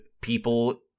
people